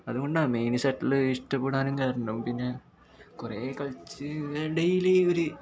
അതുകൊണ്ടാ main shuttle ഇഷ്ടപ്പെടാനും കാരണം പിന്നെ കുറേ കളിച്ച് ഡേയ്ലി ഒരു